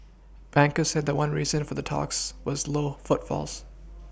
bankers said one reason for the talks was low footfalls